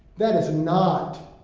that is not